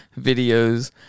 videos